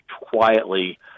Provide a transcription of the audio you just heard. quietly